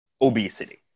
obesity